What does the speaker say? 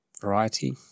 Variety